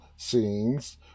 Scenes